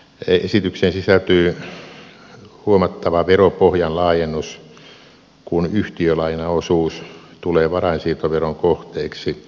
esitykseen sisältyy huomattava veropohjan laajennus kun yhtiölainaosuus tulee varainsiirtoveron kohteeksi